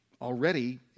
already